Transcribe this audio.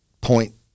point